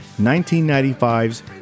1995's